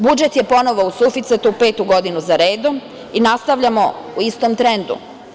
Budžet je ponovo u suficitu, petu godinu zaredom i nastavljamo u istom trendu.